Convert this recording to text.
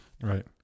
right